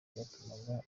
byatumaga